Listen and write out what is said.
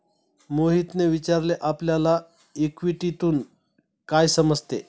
मोहितने विचारले आपल्याला इक्विटीतून काय समजते?